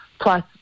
Plus